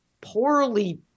poorly